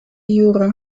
jura